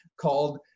called